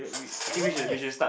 everything is